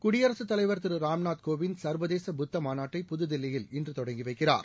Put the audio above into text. குடியரசுத்தலைவர் திரு ராம்நாத் கோவிந்த் சள்வதேச புத்த மாநாட்டை புதுதில்லியில் இன்று தொடங்கி வைக்கிறார்